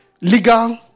legal